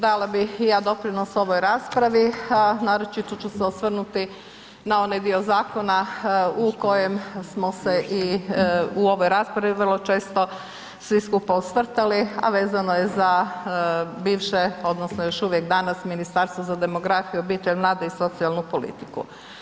Dala bi i ja doprinos ovoj raspravi, a naročito ću se osvrnuti na onaj dio zakona u kojem smo se i u ovoj raspravi vrlo često svi skupa osvrtali a vezano je za bivše odnosno još uvijek danas Ministarstvo za demografiju, obitelj, mlade i socijalnu politiku.